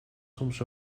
soms